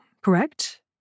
correct